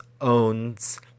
owns